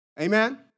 Amen